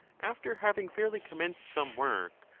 after having fairly com menced some work,